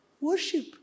worship